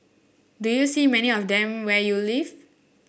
do you see many of them where you live